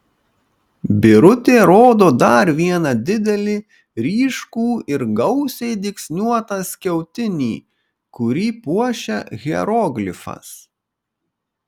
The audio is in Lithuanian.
birutė rodo dar vieną didelį ryškų ir gausiai dygsniuotą skiautinį kurį puošia hieroglifas